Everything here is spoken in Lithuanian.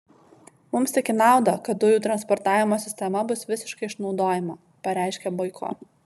mums tik į naudą kad dujų transportavimo sistema bus visiškai išnaudojama pareiškė boiko